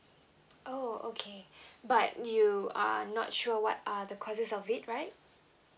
oh okay but you are not sure what are the causes of it right